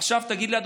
עכשיו תגידי לי,